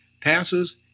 passes